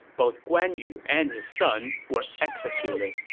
both guan yu and his son were executed.